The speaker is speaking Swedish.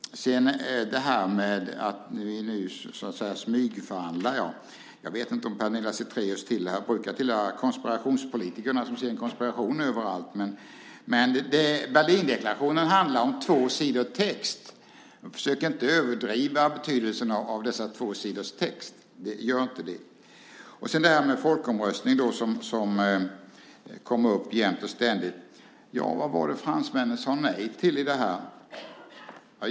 Sedan var det detta med att man nu skulle smygförhandla. Jag vet inte om Pernilla Zethraeus brukar tillhöra konspirationspolitikerna, de som ser en konspiration överallt, men Berlindeklarationen består av två sidor text. Försök inte överdriva betydelsen av dessa två sidor text. Gör inte det. Frågan om folkomröstning kommer jämt och ständigt upp. Vad var det fransmännen sade nej till?